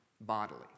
bodily